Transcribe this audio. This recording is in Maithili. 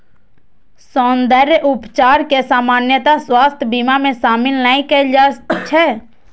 सौंद्रर्य उपचार कें सामान्यतः स्वास्थ्य बीमा मे शामिल नै कैल जाइ छै